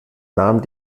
nahm